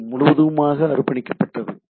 இது முழுவதுமாக அர்ப்பணிக்கப்பட்டது